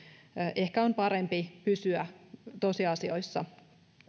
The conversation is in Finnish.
ehkä on parempi pysyä tosiasioissa